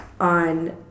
on